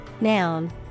Noun